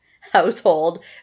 household